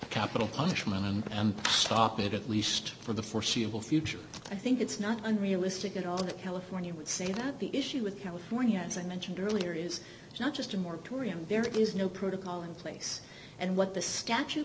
capital punishment and stop it at least for the foreseeable future i think it's not unrealistic at all that california would say that the issue with california as i mentioned earlier is not just a moratorium there is no protocol in place and what the statu